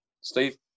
steve